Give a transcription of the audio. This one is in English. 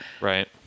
right